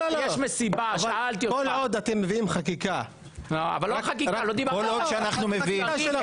כל עוד אתם מביאים חקיקה --- כל עוד שאנחנו מביאים.